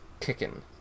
kicking